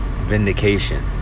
Vindication